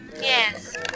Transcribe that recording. Yes